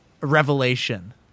revelation